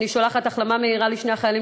אני שולחת ברכת החלמה מהירה לשני החיילים